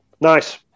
Nice